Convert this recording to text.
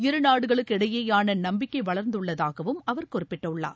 இருநாடுகளுக்கு இடையேயான நம்பிக்கை வளர்ந்துள்ளதாகவும் அவர் குறிப்பிட்டுள்ளார்